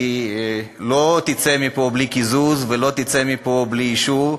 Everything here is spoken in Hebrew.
היא לא תצא מפה בלי קיזוז ולא תצא מפה בלי אישור,